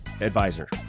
advisor